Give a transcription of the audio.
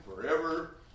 forever